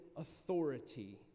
authority